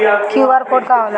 QR code का होला?